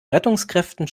rettungskräften